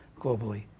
globally